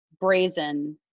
brazen